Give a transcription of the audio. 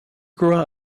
grew